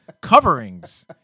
coverings